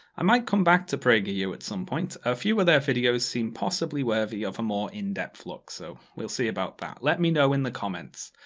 i might come back to prageru at some point. a few of their videos seem possibly worthy of a more in-depth look. so, we'll see about that. let me know in the comments.